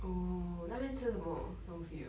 oh 那边吃什么东西的